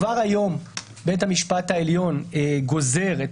כבר היום בית המשפט העליון גוזר את